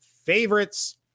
favorites